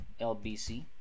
LBC